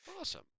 Awesome